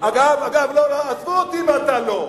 אתה לא עשית שום דבר,